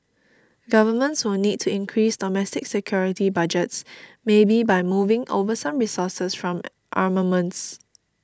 governments will need to increase domestic security budgets maybe by moving over some resources from armaments